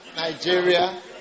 Nigeria